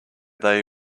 they